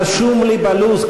רשום לי בלו"ז,